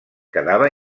quedava